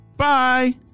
Bye